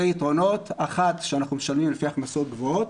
יתרונות: אחד אנחנו משלמים לפי הכנסות גבוהות.